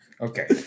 Okay